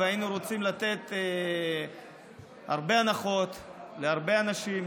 היינו רוצים לתת הרבה הנחות להרבה אנשים,